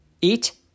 eat